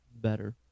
better